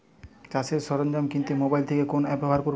চাষের সরঞ্জাম কিনতে মোবাইল থেকে কোন অ্যাপ ব্যাবহার করব?